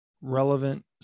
relevant